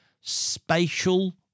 spatial